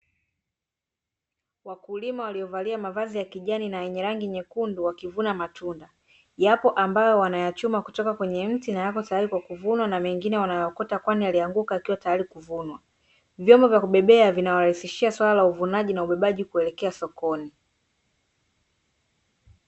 Wakulima waliovalia mavazi ya kijani na yenye rangi nyekundu wakivuna matunda, yapo ambayo wanayachuma kutoka kwenye mti na yapo tayari kwa kuvunwa na mengine wanayaokota kwani yalianguka yakiwa tayari kuvunwa. Vyombo vya kubebea vinawarahisishia swala la uvunaji na ubebaji kuelekea sokoni.